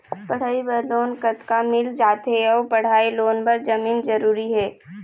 पढ़ई बर लोन कतका मिल जाथे अऊ पढ़ई लोन बर जमीन जरूरी हे?